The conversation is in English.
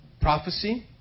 Prophecy